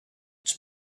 its